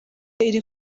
iri